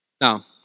Now